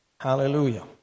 Hallelujah